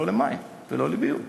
לא למים ולא לביוב,